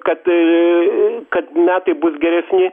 kad kad metai bus geresni